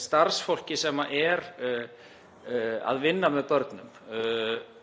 starfsfólki sem er að vinna með börnum,